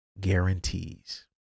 guarantees